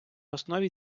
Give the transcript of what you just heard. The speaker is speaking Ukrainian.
основі